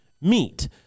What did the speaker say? meet